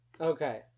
Okay